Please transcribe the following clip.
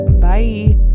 bye